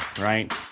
right